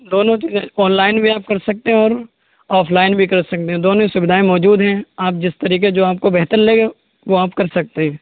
دونوں چیزیں online بھی آپ کر سکتے ہیں اور آف لائن بھی کر سکتے ہیں دونوں سویدھائیں موجود ہیں آپ جس طریقے جو آپ کو بہتر لگے وہ آپ کر سکتے ہیں